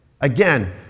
Again